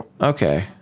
Okay